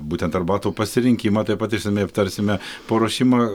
būtent arbatų pasirinkimą taip pat išsamiai aptarsime paruošimą